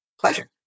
pleasure